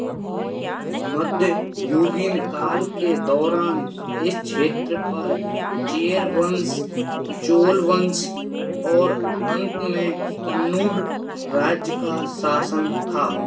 मध्ययुगीन काल के दौरान इस क्षेत्र पर चेर वंश चोल वंश और अंत में कन्नूड राज्य का शासन था